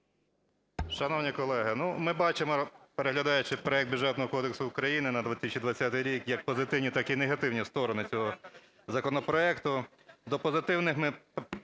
Шановні колеги, ну, ми бачимо, переглядаючи проект Бюджетного кодексу України на 2020 рік як позитивні, так і негативні сторони цього законопроекту. До позитивних ми